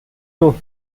know